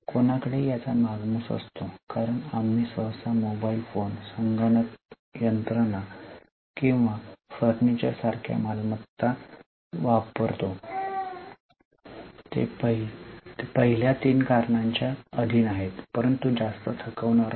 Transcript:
कोणाकडेही याचा मागमूस असतो कारण आम्ही सहसा मोबाइल फोन संगणक यंत्रणा किंवा फर्निचर सारख्या मालमत्ता वापरतो ते पहिल्या तीन कारणांच्या अधीन आहेत परंतु जास्त थकवणारा नाही